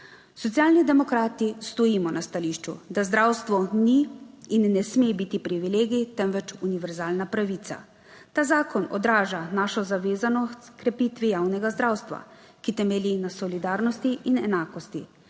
Socialni demokrati stojimo na stališču, da zdravstvo ni in ne sme biti privilegij 6. TRAK (VI) 15.50 (nadaljevanje) temveč univerzalna pravica. Ta zakon odraža našo zavezanost h krepitvi javnega zdravstva, ki temelji na solidarnosti in enakosti.